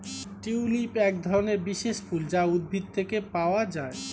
tulip একধরনের বিশেষ ফুল যা উদ্ভিদ থেকে পাওয়া যায়